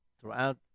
throughout